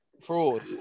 fraud